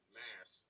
mass